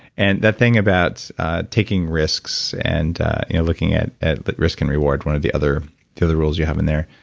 and that thing about taking risks and looking at at but risk and reward, one of the other the other rules you have in there.